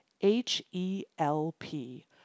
H-E-L-P